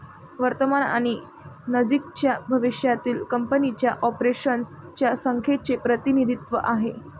वर्तमान आणि नजीकच्या भविष्यातील कंपनीच्या ऑपरेशन्स च्या संख्येचे प्रतिनिधित्व आहे